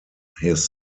his